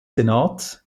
senats